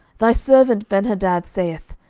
thy servant benhadad saith,